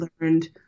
learned